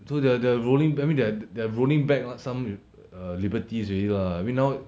so they're the rolling I mean they're they're rolling back some err liberties already lah I mean now